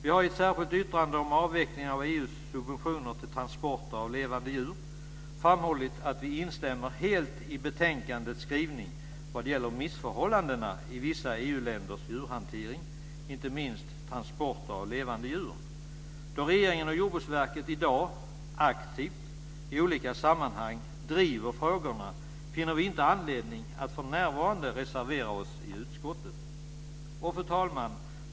Vi har i ett särskilt yttrande om avveckling av EU:s subventioner när det gäller transporter av levande djur framhållit att vi instämmer helt i betänkandets skrivning vad gäller missförhållandena i vissa EU länders djurhantering. Det gäller inte minst transporter av levande djur. Då regeringen och Jordbruksverket i dag i olika sammanhang aktivt driver frågorna finner vi inte anledning att för närvarande reservera oss i utskottet. Fru talman!